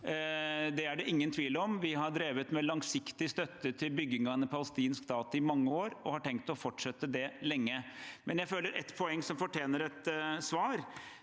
Det er det ingen tvil om. Vi har drevet med langsiktig støtte til bygging av en palestinsk stat i mange år, og vi har tenkt å fortsette med det lenge. Jeg føler det er et poeng som fortjener et svar.